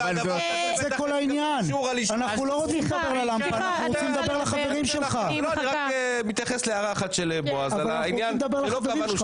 בבקשה, חברת הכנסת מירב בן ארי.